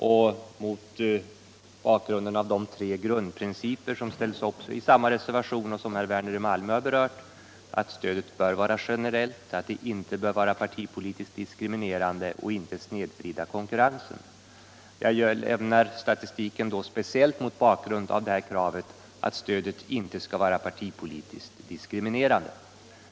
Det är ju tre grundprinciper som ställs upp i samma reservation och som herr Werner i Malmö har berört. Stödet bör vara generellt, det bör inte vara partipolitiskt diskriminerande och det bör inte snedvrida konkurensen. Jag hänvisar till statistiken speciellt mot bakgrunden av kravet att stödet inte skall vara partipolitiskt diskriminerande.